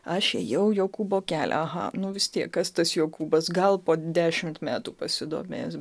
aš ėjau jokūbo kelią aha nu vis tiek kas tas jokūbas gal po dešimt metų pasidomės bet